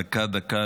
דקה-דקה,